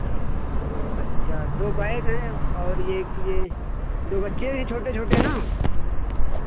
अच्छा दो बैग हैं और ये एक ये दो बच्चे भी हैं छोटे छोटे ना